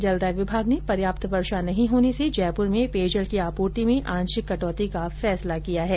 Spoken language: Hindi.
जलदाय विभाग ने पर्याप्त वर्षा नहीं होने ॅसे जयपुर में पेयजल की आपूर्ति में आंशिक कटौती का फैसला किया है